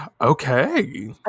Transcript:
okay